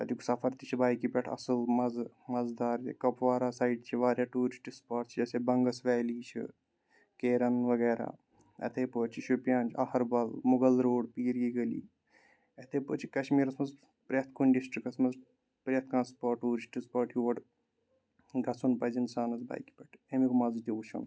تَتیُک سَفر تہِ چھِ بایکہِ پٮ۪ٹھ اَصٕل مَزٕ مَزٕدار یا کۄپوارا سایڈ چھِ واریاہ ٹوٗرِسٹ سپاٹٕس چھِ جیسے بَنٛگَس ویلی چھِ کیرَن وغیرہ اِتھَے پٲٹھۍ چھِ شُپیَن چھِ اَہَربَل مُغَل روڈ پیٖرگی گلی اِتھَے پٲٹھۍ چھِ کَشمیٖرَس منٛز پرٛٮ۪تھ کُنہِ ڈِسٹِرٛکَس منٛز پرٛٮ۪تھ کانٛہہ سپاٹ ٹوٗرِسٹ سپاٹ یور گژھُن پَزِ اِنسانَس بایکہِ پٮ۪ٹھ اَمیُک مَزٕ تہِ وٕچھُن